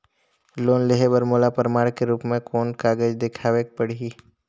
Loan लेहे बर मोला प्रमाण के रूप में कोन कागज दिखावेक पड़ही?